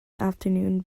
afternoon